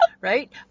Right